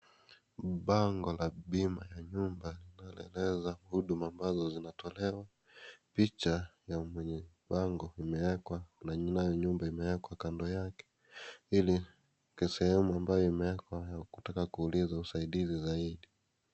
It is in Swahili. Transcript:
Bango la bima ya nyumba linaeleza huduma ambazo zinatolewa picha ya mwenye bango imeekwa nayo nyumba imeekwa kando yake ili kisehemu ambayo imeekwa ya kutaka kuuliza usaidizi zaidi.